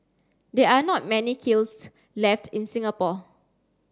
there are not many kilns left in Singapore